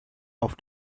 auf